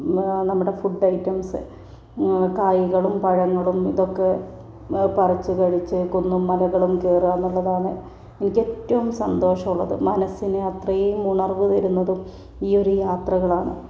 നമ്മുടെ food items കായ്കളും പഴങ്ങളും ഇതൊക്കെ പറിച്ച് കഴിച്ച് കുന്നും മലകളും കയറുക എന്നുള്ളതാണ് എനിക്ക് ഏറ്റവും സന്തോഷം ഉള്ളത് മനസ്സിന് അത്രയും ഉണർവ്വ് തരുന്നതും ഈ ഒരു യാത്രകളാണ്